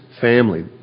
family